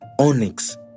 onyx